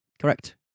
correct